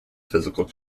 physical